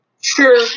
Sure